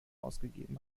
ausgegeben